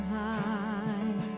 high